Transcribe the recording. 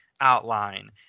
outline